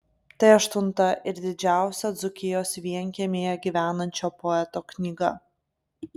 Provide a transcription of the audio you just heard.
tai aštunta ir didžiausia dzūkijos vienkiemyje gyvenančio poeto knyga